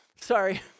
sorry